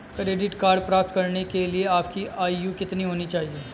Credit card प्राप्त करने के लिए आपकी आयु कितनी होनी चाहिए?